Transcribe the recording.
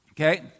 Okay